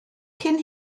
cyn